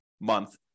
month